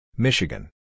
Michigan